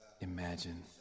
imagine